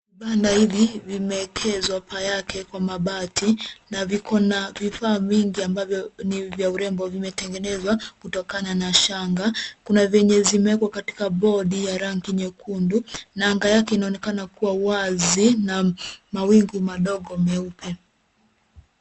Vibanda hizi vimeekezwa paa yake kwa mabati, na viko na vifaa mingi ambavyo ni vya urembo vimetengenezwa kutokana na shanga. Kuna venye zimeekwa katika bodi ya rangi nyekundu na anga yake inaonekana kuwa wazi na mawingu madogo meupe.